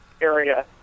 area